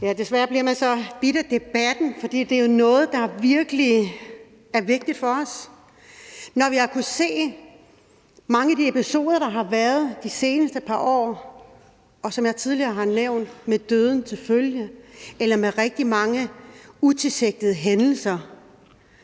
Desværre bliver man så bidt af debatten, for det er jo noget, der virkelig er vigtigt for os, når vi har kunnet se de mange episoder, der har været de seneste par år – som jeg tidligere har nævnt – med døden til følge eller med rigtig mange utilsigtede hændelser.